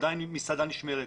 עדיין המסעדה נשמרת.